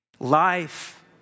Life